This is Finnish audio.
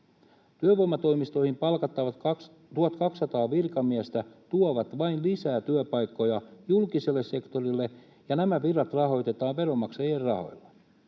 Työvoimatoimistoihin palkattavat 1 200 virkamiestä tuovat lisää työpaikkoja vain julkiselle sektorille, ja nämä virat rahoitetaan veronmaksajien rahoilla.